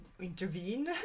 intervene